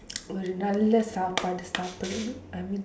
ஒரு:oru நல்ல:nalla சாப்பாடு:saappaadu சாப்பிடனோ:saappidanoo I mean